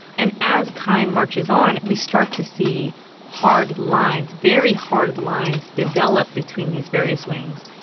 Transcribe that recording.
and as time marches on we start to see hard lines, very hard lines develop between these various wings,